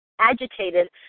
agitated